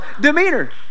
demeanor